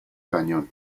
cañón